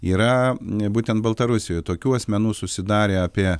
yra būtent baltarusijoj tokių asmenų susidarė apie